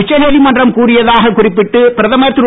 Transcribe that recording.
உச்சநீதிமன்றம் கூறியதாக குறிப்பிட்டு பிரதமர் திரு